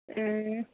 ए